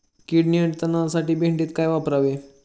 कीड नियंत्रणासाठी भेंडीत काय वापरावे?